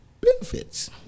benefits